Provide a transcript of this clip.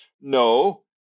No